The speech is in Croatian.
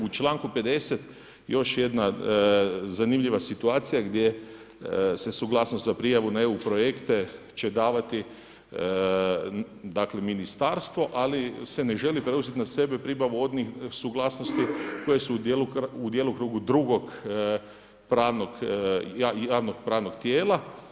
U članku 50, još jedna zanimljiva situacija gdje se suglasnost za prijavu na EU projekte će davati, dakle, Ministarstvo, ali se ne želi preuzeti na sebe pribavu onih suglasnosti koje su djelokrugu drugog pravnog, javnog pravnog tijela.